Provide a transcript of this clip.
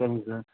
சரிங்க சார்